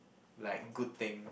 like good thing